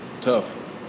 tough